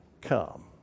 come